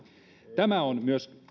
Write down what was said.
tämä on myös